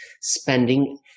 spending